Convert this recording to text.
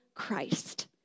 Christ